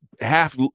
half